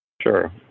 Sure